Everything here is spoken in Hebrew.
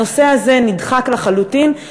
הנושא הזה נדחק לחלוטין.